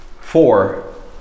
Four